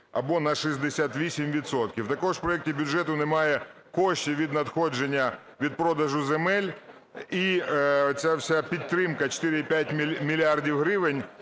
або на 68 відсотків. Також у проекті бюджету немає коштів від надходження… від продажу земель, і ця вся підтримка 4,5 мільярда